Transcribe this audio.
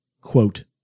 quote